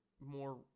more